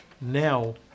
now